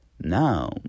Now